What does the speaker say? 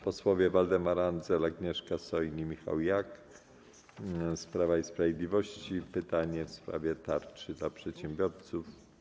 Posłowie Waldemar Andzel, Agnieszka Soin i Michał Jach z Prawa i Sprawiedliwości zadadzą pytanie w sprawie tarczy dla przedsiębiorców.